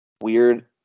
weird